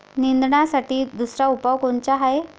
निंदनासाठी दुसरा उपाव कोनचा हाये?